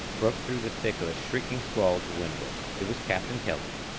broke through the thick of a shrieking squall to windward. it was captain keller,